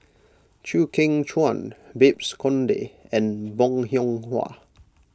Chew Kheng Chuan Babes Conde and Bong Hiong Hwa